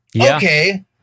Okay